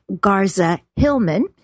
Garza-Hillman